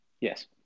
Yes